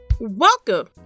Welcome